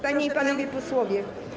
Panie i Panowie Posłowie!